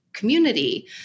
community